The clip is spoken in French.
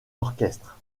orchestre